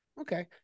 Okay